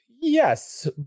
Yes